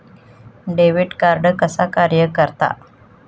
Debit card कसा कार्य करता?